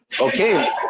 Okay